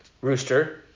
Rooster